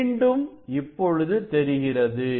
மீண்டும் இப்பொழுது தெரிகிறது